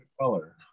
Color